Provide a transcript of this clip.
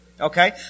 Okay